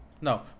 No